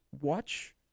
watch